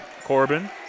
Corbin